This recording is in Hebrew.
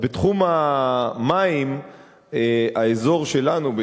בתחום המים האזור שלנו,